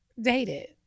Dated